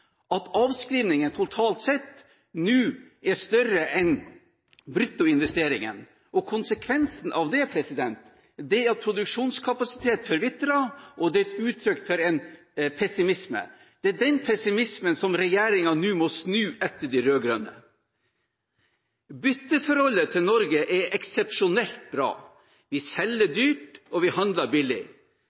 at avskrivningen totalt sett nå er større enn bruttoinvesteringene. Konsekvensen av det er at produksjonskapasitet forvitrer, og det er et uttrykk for en pessimisme. Det er den pessimismen som regjeringen nå må snu etter de rød-grønne. Bytteforholdet til Norge er eksepsjonelt bra. Vi selger dyrt, og vi handler billig.